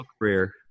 career